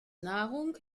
nahrung